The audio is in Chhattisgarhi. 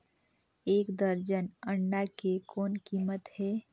एक दर्जन अंडा के कौन कीमत हे?